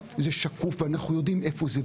זה שקוף ואנחנו יודעים איפה זה.